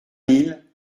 mille